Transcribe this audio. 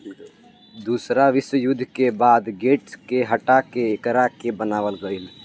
दूसरा विश्व युद्ध के बाद गेट के हटा के एकरा के बनावल गईल